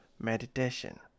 meditation